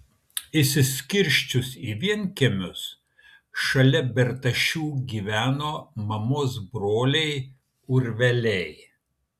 išskirsčius į vienkiemius šalia bertašių gyveno mamos broliai urveliai